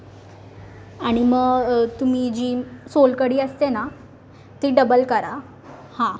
आणि मग तुम्ही जी सोलकढी असते ना ती डबल करा हां